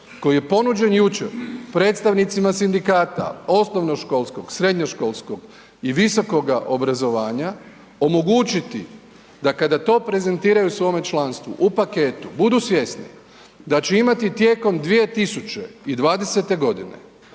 koji je ponuđen jučer predstavnicima sindikata osnovnoškolskog, srednjoškolskog i visokoga obrazovanja omogućiti da kada to prezentiraju svome članstvu u paketu budu svjesni da će imati tijekom 2020. godine